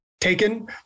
taken